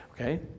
Okay